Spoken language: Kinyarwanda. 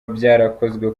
byarakozwe